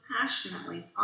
passionately